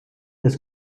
des